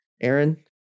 Aaron